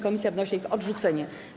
Komisja wnosi o ich odrzucenie.